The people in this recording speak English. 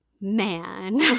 Man